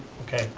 okay,